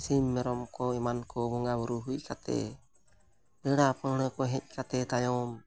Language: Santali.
ᱥᱤᱢ ᱢᱮᱨᱚᱢ ᱠᱚ ᱮᱢᱟᱱ ᱠᱚ ᱵᱚᱸᱜᱟᱼᱵᱩᱨᱩ ᱠᱚ ᱦᱩᱭ ᱠᱟᱛᱮᱫ ᱯᱮᱲᱟᱼᱯᱟᱹᱦᱲᱟᱹ ᱠᱚ ᱦᱮᱡ ᱠᱟᱛᱮᱫ ᱛᱟᱭᱚᱢ